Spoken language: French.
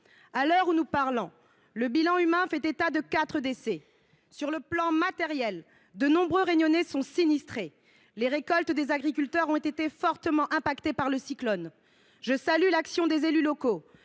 À l’heure où nous parlons, le bilan humain fait état de quatre décès. Sur le plan matériel, de nombreux Réunionnais sont sinistrés. Les récoltes des agriculteurs ont été fortement atteintes par le cyclone. Je salue l’action des élus locaux,